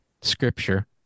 scripture